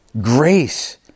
grace